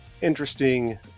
interesting